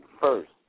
first